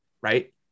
right